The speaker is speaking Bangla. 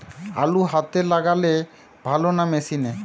আলু হাতে লাগালে ভালো না মেশিনে?